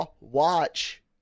watch